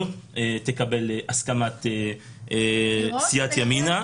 לא תקבל הסכמת סיעת ימינה.